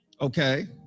Okay